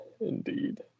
Indeed